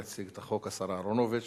יציג את החוק השר אהרונוביץ